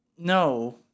No